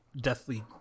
deathly